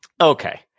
Okay